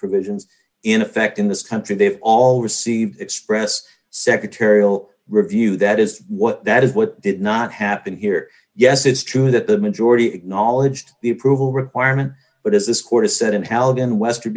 provisions in effect in this country they've all received express secretarial review that is what that is what did not happen here yes it's true that the majority acknowledged the approval requirement but is this court a set of talent in west